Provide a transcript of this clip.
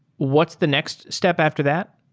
what's the next step after that?